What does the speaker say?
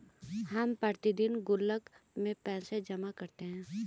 हम प्रतिदिन गुल्लक में पैसे जमा करते है